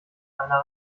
einer